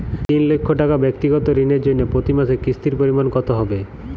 তিন লক্ষ টাকা ব্যাক্তিগত ঋণের জন্য প্রতি মাসে কিস্তির পরিমাণ কত হবে?